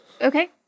Okay